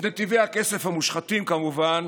את נתיבי הכסף המושחתים כמובן